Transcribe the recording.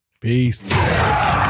Peace